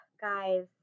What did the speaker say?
Guys